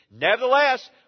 Nevertheless